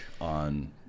on